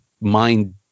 mind